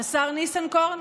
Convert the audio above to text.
השר ניסנקורן?